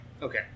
Okay